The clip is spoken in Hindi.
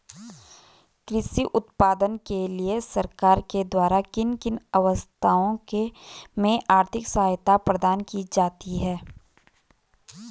कृषि उत्पादन के लिए सरकार के द्वारा किन किन अवस्थाओं में आर्थिक सहायता प्रदान की जाती है?